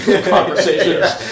conversations